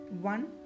One